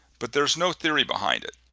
but there's no theory behind it.